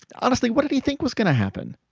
honestly, what did he think was going to happen?